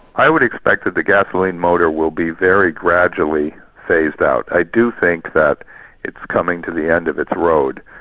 i would expect that the gasoline motor will be very gradually phased out. i do think that it's coming to the end of its road,